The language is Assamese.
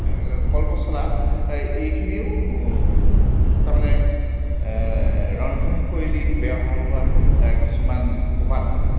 এই কল পচলা এইখিনিও তাৰমানে ৰন্ধনশৈলীত ব্যৱহাৰ হোৱা কিছুমান উপাদান